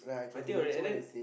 I tell you and then